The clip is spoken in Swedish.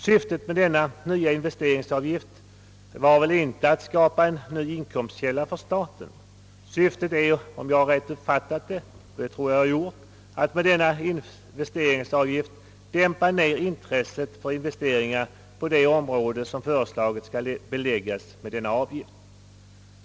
Syftet med denna nya investeringsavgift är väl inte att skapa en ny inkomstkälla för staten; syftet skall väl vara, om jag rätt uppfattat det — och det tror jag att jag har gjort — att med denna investeringsavgift dämpa ner intresset för investeringar på det område som föreslagits skall beläggas med denna avgift.